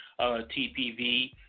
TPV